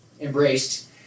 embraced